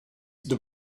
the